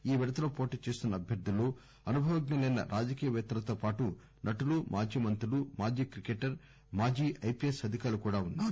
ఈ విడతలో పోటీ చేస్తున్న అభ్యర్థుల్లో అనుభవజ్ఞలైన రాజకీయపేత్తలతో పాటు నటులు మాజీ మంత్రులు మాజీ క్రికెటర్ మాజీ ఐపిఎస్ అధికారులు కూడా ఉన్నారు